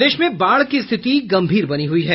प्रदेश में बाढ़ की स्थिति गंभीर बनी हुई है